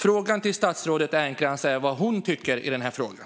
Frågan till statsrådet är vad hon tycker i den här frågan.